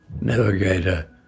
navigator